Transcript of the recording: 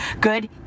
good